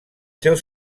seus